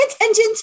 attention